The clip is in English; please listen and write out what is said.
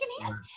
hands